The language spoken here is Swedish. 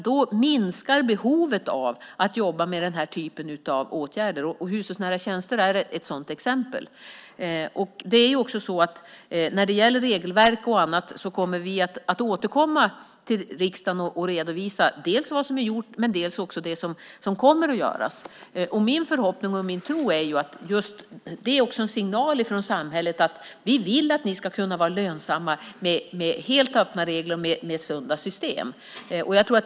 Då minskar behovet av att jobba med den här typen av åtgärder. Hushållsnära tjänster är ett sådant exempel. När det gäller regelverk och annat kommer vi att återkomma till riksdagen och redovisa dels vad som är gjort, dels vad som kommer att göras. Min förhoppning och min tro är att det också är en signal från samhället: Vi vill att ni ska kunna vara lönsamma med helt öppna regler och med sunda system.